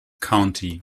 county